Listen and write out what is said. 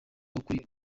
ukuri